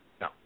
No